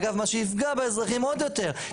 אגב מה שיפגע באזרחים עוד יותר,